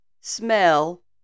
smell